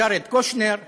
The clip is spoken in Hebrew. ג'ארד קושנר וכדומה,